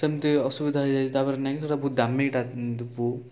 ସେମିତି ଅସୁବିଧା ହେଇଯାଇ ତା'ପରେ ନାଇଁକି ସେଇଟା ବହୁତ ଦାମିଟା ଦିପୁ